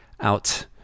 out